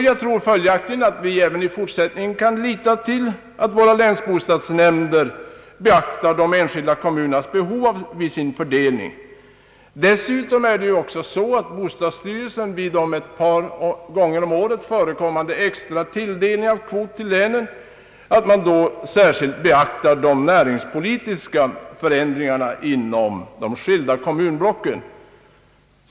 Jag tror följaktligen att vi även i fortsättningen kan lita till att våra länsbostadsnämnder beaktar de enskilda kommunernas behov vid sin fördelning. Dessutom är det också så, att bostadsstyrelsen vid de ett par gånger om året förekommande extra tilldelningarna av kvot till länen särskilt beaktar de näringspolitiska förändringarna inom de skilda kommunblocken.